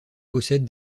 possède